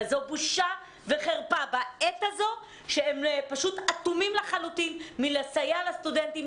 וזו בושה וחרפה בעת הזו שהם פשוט אטומים לחלוטין מלסייע לסטודנטים,